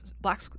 black